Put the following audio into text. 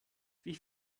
wie